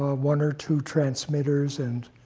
ah one or two transmitters, and